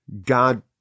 God